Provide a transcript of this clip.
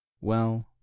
Well